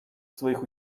своих